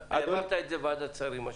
החוק -- העברת את זה בוועדת שרים השבוע.